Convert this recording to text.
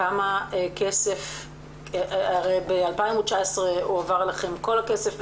כמה כסף - הרי ב-2019 הועבר לכם כל הכסף,